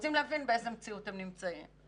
רוצים להבין באיזה מציאות הם נמצאים.